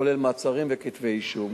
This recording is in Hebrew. כולל מעצרים וכתבי אישום.